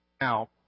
now